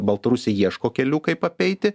baltarusiai ieško kelių kaip apeiti